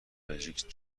بلژیک